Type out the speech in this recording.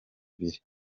abiri